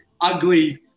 ugly